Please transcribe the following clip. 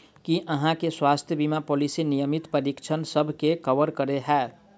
की अहाँ केँ स्वास्थ्य बीमा पॉलिसी नियमित परीक्षणसभ केँ कवर करे है?